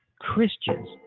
Christians